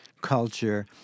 culture